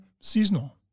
seasonal